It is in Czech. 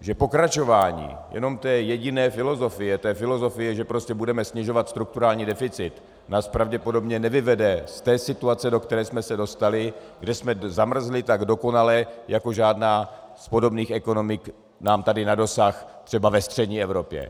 že pokračování jenom té jediné filozofie, té filozofie, že prostě budeme snižovat strukturální deficit, nás pravděpodobně nevyvede ze situace, do které jsme se dostali, kde jsme zamrzli tak dokonale jako žádná z podobných ekonomik nám tady na dosah, třeba ve střední Evropě.